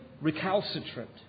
recalcitrant